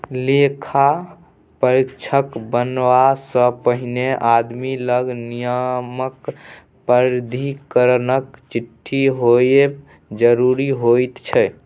लेखा परीक्षक बनबासँ पहिने आदमी लग नियामक प्राधिकरणक चिट्ठी होएब जरूरी होइत छै